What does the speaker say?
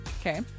okay